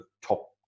top